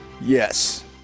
Yes